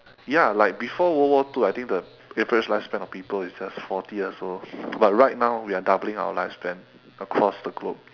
ya like before world war two I think the average lifespan of people is just forty years old but right now we are doubling our lifespan across the globe